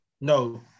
No